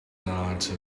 not